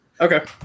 Okay